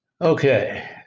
Okay